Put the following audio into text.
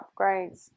upgrades